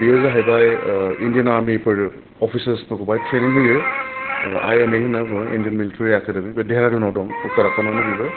बेयो जाहैबाय इन्दियान आर्मिफोर अफिसार्सफोर बावहाय ट्रेनिं होयो आइ एम ए होनना बुङो इन्दियान मिलिटेरि एकाडेमि बे डेरादुनाव दं उत्तराखन्दावनो बेबो